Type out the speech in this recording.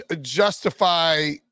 justify